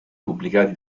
pubblicati